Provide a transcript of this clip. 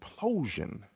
implosion